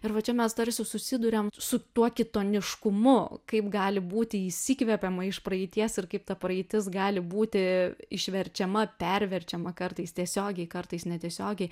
ir va čia mes tarsi susiduriam su tuo kitoniškumu kaip gali būti įsikvepiama iš praeities ir kaip ta praeitis gali būti išverčiama perverčiama kartais tiesiogiai kartais netiesiogiai